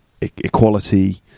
equality